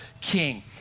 King